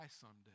someday